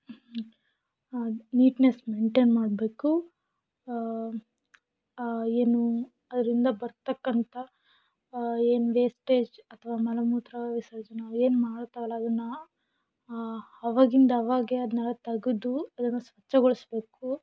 neatness maintain ಮಾಡಬೇಕು ಏನು ಅದರಿಂದ ಬರತಕ್ಕಂಥ ಏನು ವೇಸ್ಟೇಜ್ ಅಥವಾ ಮಲ ಮೂತ್ರ ವಿಸರ್ಜನೆ ಅವು ಏನು ಮಾಡ್ತಾವಲ್ಲ ಅದನ್ನು ಅವಾಗಿಂದ ಅವಾಗೆ ಅದನ್ನೆಲ್ಲ ತೆಗೆದು ಅದನ್ನ ಸ್ವಚ್ಛಗೊಳಿಸ್ಬೇಕು